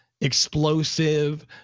explosive